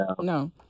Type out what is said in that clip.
No